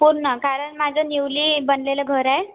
पूर्ण कारण माझं न्यूली बनलेलं घर आहे